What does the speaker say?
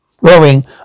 Rowing